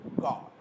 God